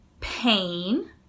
pain